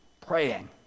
praying